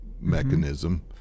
mechanism